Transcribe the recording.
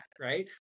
Right